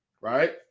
right